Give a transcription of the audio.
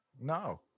no